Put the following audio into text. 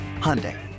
Hyundai